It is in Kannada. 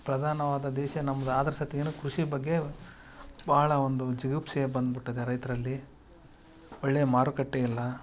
ಪ್ರಧಾನವಾದ ದೇಶ ನಮ್ದು ಆದ್ರೂ ಸತ್ಗೆನು ಕೃಷಿ ಬಗ್ಗೆ ಭಾಳ ಒಂದು ಜಿಗುಪ್ಸೆ ಬಂದ್ಬುಟ್ಟದೆ ರೈತರಲ್ಲಿ ಒಳ್ಳೆಯ ಮಾರುಕಟ್ಟೆ ಇಲ್ಲ